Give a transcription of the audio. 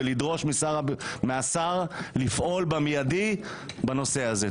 ולדרוש מהשר לפעול באופן מיידי בנושא הזה.